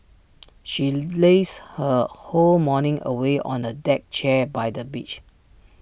she lazed her whole morning away on A deck chair by the beach